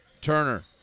Turner